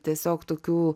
tiesiog tokių